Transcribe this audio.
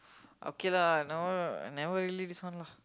okay lah now I never leave this one lah